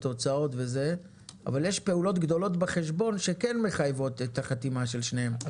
הוצאות אבל יש פעולות גדולות בחשבון שכן מחייבות את החתימה של שניהם,